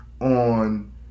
on